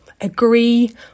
agree